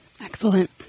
Excellent